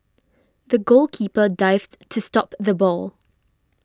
the goalkeeper dived to stop the ball